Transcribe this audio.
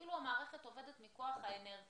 כאילו המערכת עובדת מכוח האינרציה.